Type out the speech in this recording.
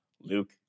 Luke